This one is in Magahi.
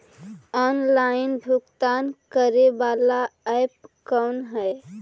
ऑनलाइन भुगतान करे बाला ऐप कौन है?